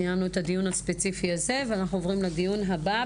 סיימנו את הדיון הספציפי הזה ואנחנו עוברים לדיון הבא.